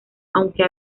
aunque